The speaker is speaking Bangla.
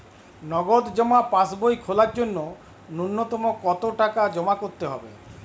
নগদ জমা পাসবই খোলার জন্য নূন্যতম কতো টাকা জমা করতে হবে?